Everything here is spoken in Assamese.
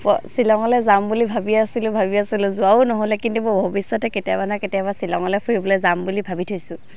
শ্বিলঙলৈ যাম বুলি ভাবি আছিলোঁ ভাবি আছিলোঁ যোৱাও নহ'লে কিন্তু মই ভৱিষ্যতে কেতিয়াবা নহয় কেতিয়াবা শ্বিলঙলৈ ফুৰিবলৈ যাম বুলি ভাবি থৈছোঁ